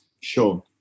Sure